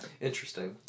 Interesting